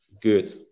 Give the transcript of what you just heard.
good